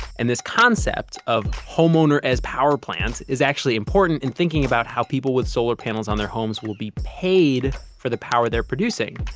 and this concept of homeowner as power plant is actually important in thinking about how people with solar panels on their homes will be paid for the power they're producing.